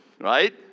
right